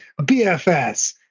bfs